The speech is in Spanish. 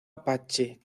apache